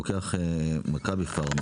רוקח "מכבי פארם",